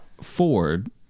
Ford